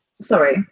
sorry